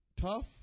tough